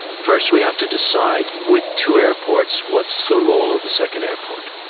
first we have to decide with two airports, what's the role of the second airport?